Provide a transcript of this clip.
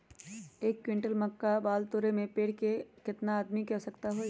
एक क्विंटल मक्का बाल तोरे में पेड़ से केतना आदमी के आवश्कता होई?